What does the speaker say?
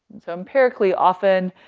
and so empirically often,